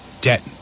debt